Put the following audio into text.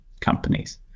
companies